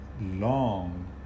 long